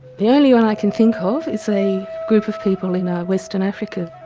the only one i can think of is a group of people in ah western africa,